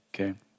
okay